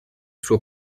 suo